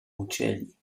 ucięli